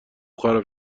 خراب